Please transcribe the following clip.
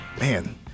man